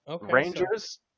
Rangers